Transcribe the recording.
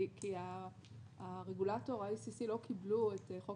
כי הרגולטור ה-ACC לא קיבלו את חוק